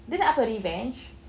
dia nak apa revenge